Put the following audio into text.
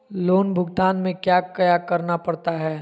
loan भुगतान में क्या क्या करना पड़ता है